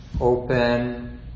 open